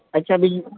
અચ્છા બીજું